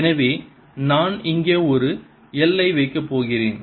எனவே நான் இங்கே ஒரு L வைக்கப் போகிறேன்